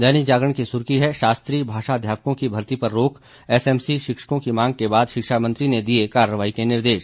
दैनिक जागरण की सुर्खी है शास्त्री भाषा अध्यापकों की भर्ती पर रोक एसएससी शिक्षकों की मांग के बाद शिक्षामंत्री ने दिए कार्रवाई के निर्देश